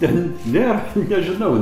ten ne nežinau